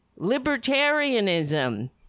Libertarianism